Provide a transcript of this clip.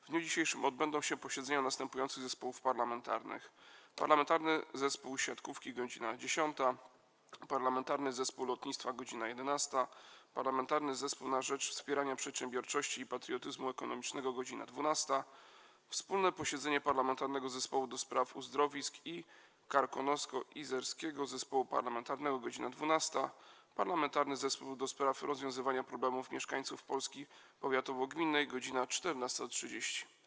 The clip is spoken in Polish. W dniu dzisiejszym odbędą się posiedzenia następujących zespołów parlamentarnych: - Parlamentarnego Zespołu Siatkówki - godz. 10, - Parlamentarnego Zespołu Lotnictwa - godz. 11, - Parlamentarnego Zespołu na rzecz Wspierania Przedsiębiorczości i Patriotyzmu Ekonomicznego - godz. 12, - wspólne Parlamentarnego Zespołu ds. Uzdrowisk i Karkonosko-Izerskiego Zespołu Parlamentarnego - godz. 12, - Parlamentarnego Zespołu ds. rozwiązywania problemów mieszkańców „Polski powiatowo-gminnej” - godz. 14.30.